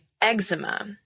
eczema